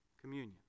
Communion